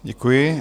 Děkuji.